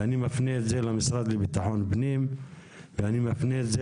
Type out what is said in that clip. ואני מפנה את זה למשרד לביטחון פנים ואני מפנה את זה